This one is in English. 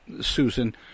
Susan